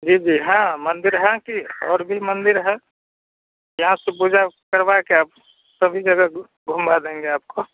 जी जी हाँ मंदिर है कि और भी मंदिर है जहाँ से पूजा करवा के आप सभी जगह घु घुमा देंगे आपको